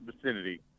vicinity